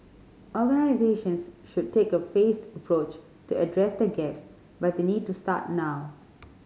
organisations should take a phased approach to address the gaps but they need to start now